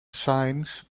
shines